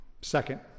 Second